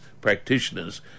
practitioners